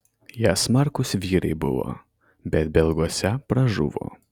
jie smarkūs vyrai buvo bet belguose pražuvo